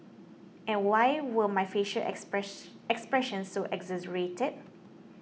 and why were my facial express expressions so exaggerated